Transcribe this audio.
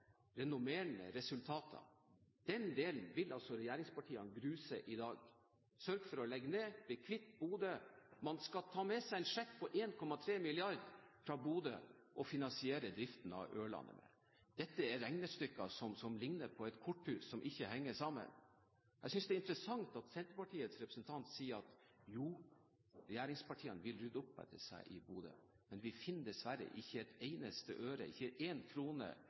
renommerende resultater. Den delen vil altså regjeringspartiene gruse i dag, ved å sørge for å legge ned og bli kvitt Bodø. Man skal ta med seg en sjekk på 1,3 mrd. fra Bodø og finansiere driften av Ørland med. Dette er regnestykker som ligner på et korthus som ikke henger sammen. Jeg synes det er interessant at Senterpartiets representant sier at regjeringspartiene vil rydde opp etter seg i Bodø. Vi finner dessverre ikke et eneste øre, ikke en krone,